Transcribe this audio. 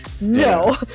No